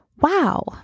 wow